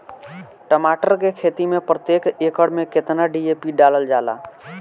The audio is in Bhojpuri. टमाटर के खेती मे प्रतेक एकड़ में केतना डी.ए.पी डालल जाला?